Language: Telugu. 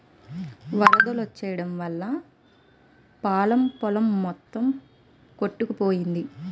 వరదొచ్చెయడం వల్లా పల్లం పొలం మొత్తం కొట్టుకుపోయింది